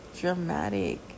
dramatic